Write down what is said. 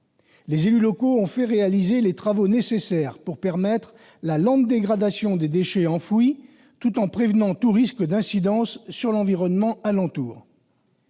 les élus locaux ont fait réaliser les travaux qui s'imposaient pour permettre la lente dégradation des déchets enfouis, tout en prévenant tout risque d'incidence sur l'environnement alentour.